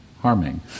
harming